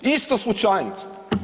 Isto slučajnost.